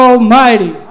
Almighty